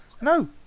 No